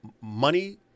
money